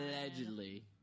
Allegedly